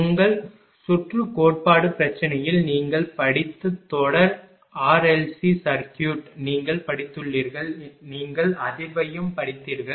உங்கள் சுற்று கோட்பாடு பிரச்சனையில் நீங்கள் படித்த தொடர் ஆர்எல்சி சர்க்யூட் நீங்கள் படித்துள்ளீர்கள் நீங்கள் அதிர்வலையும் படித்தீர்கள்